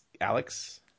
Alex